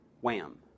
wham